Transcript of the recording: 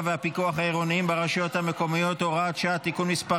והפיקוח העירוניים ברשויות המקומיות (הוראת שעה) (תיקון מס'